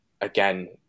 again